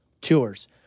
tours